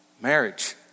Marriage